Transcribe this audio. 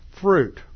fruit